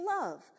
love